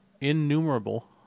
innumerable